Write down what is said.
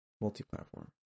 multi-platform